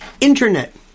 Internet